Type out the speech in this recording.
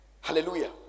Hallelujah